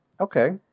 Okay